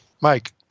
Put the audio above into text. Mike